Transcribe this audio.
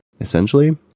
essentially